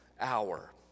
hour